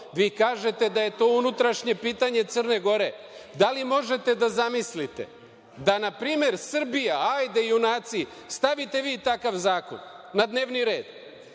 Vi kažete da je to unutrašnje pitanje Crne Gore. Da li možete da zamislite da npr. Srbija, hajde junaci, stavite vi takav zakon na dnevni red,